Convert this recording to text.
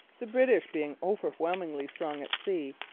the british being overwhelmingly strong at sea,